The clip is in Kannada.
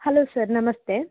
ಹಲೋ ಸರ್ ನಮಸ್ತೆ